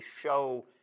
show